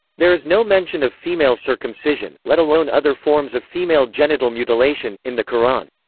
there is no mention of female circumcision let alone other forms of female genital mutilation in the qur'an.